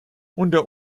unter